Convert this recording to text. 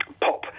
pop